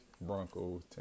Broncos